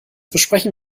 besprechen